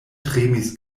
tremis